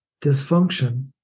dysfunction